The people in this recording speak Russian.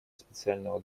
специального